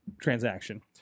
transaction